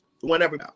whenever